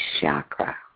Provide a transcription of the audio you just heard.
chakra